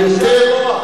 יישר כוח.